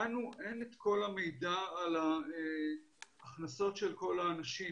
לנו אין את כל המידע על ההכנסות של כל האנשים